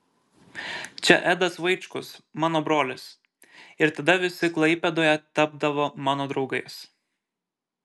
čia edas vaičkus mano brolis ir tada visi klaipėdoje tapdavo mano draugais